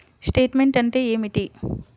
Statement అంటే ఏమిటి?